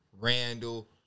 Randall